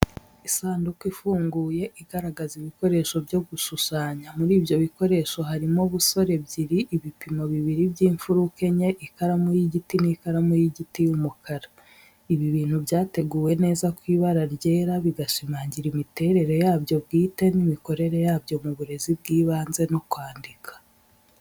Isanduku ifunguye, igaragaza ibikoresho byo gushushanya. Muri ibyo bikoresho harimo busore ebyiri, ibipimo bibiri by'imfuruka enye, ikaramu y'igiti n'ikaramu y'igiti y'umukara. Ibi bintu byateguwe neza ku ibara ryera, bigashimangira imiterere yabyo bwite n'imikorere yabyo mu burezi bw'ibanze no kwandika.